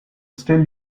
still